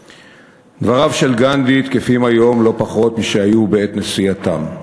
דבריו של גנדי תקפים היום לא פחות משהיו בעת נשיאתם.